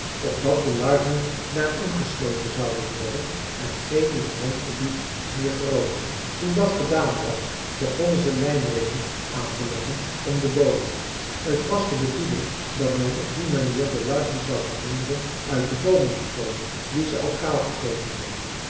opdat de larven daar ingesloten zouden worden en geen nieuw grondgebied meer veroveren toen dat gedaan was begonnen ze lijmringen aan te leggen om de boomen t was de bedoeling dat men op die manier de larven zou verhinderen uit de boomen te komen die ze al kaal gegeten hadden